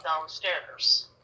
downstairs